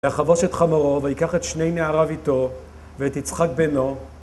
ויחבוש את חמורו, ויקח את שני נעריו איתו ואת יצחק בנו